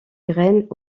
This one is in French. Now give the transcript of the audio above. graines